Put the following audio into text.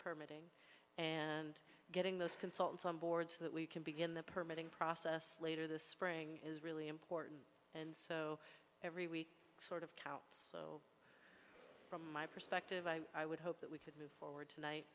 permitting and getting those consultants on board so that we can begin the permitting process later this spring is really important and so every week sort of counts from my perspective i would hope that we could move forward tonight